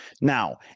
now